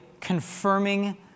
confirming